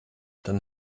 dann